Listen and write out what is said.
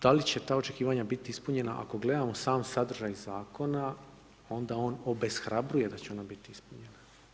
Da li će ta očekivanja biti ispunjena ako gledamo sam sadržaj zakona, onda on obeshrabruje da će ona biti ispunjena.